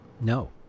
no